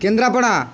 Kendrapara